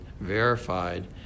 verified